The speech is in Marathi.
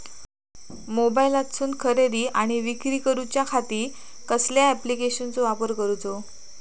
मोबाईलातसून खरेदी आणि विक्री करूच्या खाती कसल्या ॲप्लिकेशनाचो वापर करूचो?